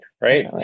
right